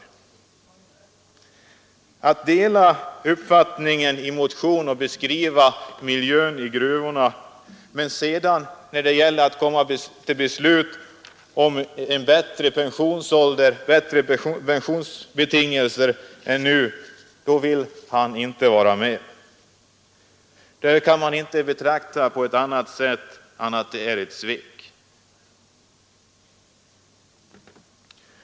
Han delar uppfattningen i motionen, som beskriver miljön i gruvorna, men sedan när det gäller att komma till beslut om bättre pensionsbetingelser än nu, vill han inte vara med. Det kan man inte betrakta på annat sätt än såsom ett svek.